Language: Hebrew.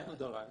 אנחנו דרשנו